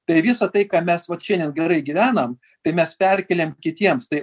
tai visą tai ką mes vat šiandien gerai gyvenam tai mes perkėlėm kitiems tai